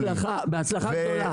בהצלחה גדולה.